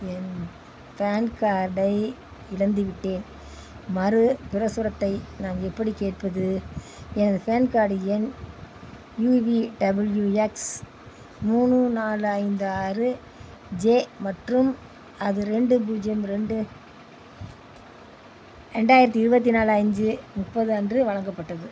என் PAN கார்டை இழந்துவிட்டேன் மறு பிரசுரத்தை நான் எப்படிக் கேட்பது எனது ஃபேன் கார்டு எண் யு வி டபிள்யூ எக்ஸ் மூணு நாலு ஐந்து ஆறு ஜே மற்றும் அது ரெண்டு பூஜ்ஜியம் ரெண்டு ரெண்டாயிரத்தி இருபத்தி நாலு அஞ்சு முப்பது அன்று வழங்கப்பட்டது